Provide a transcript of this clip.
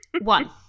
one